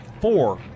four